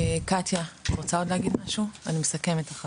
קטיה, את רוצה להגיד משהו לפני שאני מסכמת?